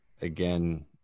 again